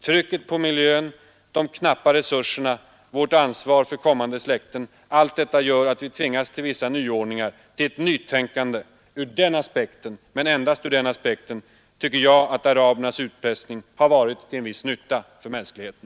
Trycket på miljön, de knappa resurserna, vårt ansvar för kommande släkten, allt detta gör att vi tvingas till vissa nyordningar, ett nytänkande. Ur den aspekten — men endast ur den aspekten — tycker jag att arabernas utpressning varit till en viss nytta för mänskligheten.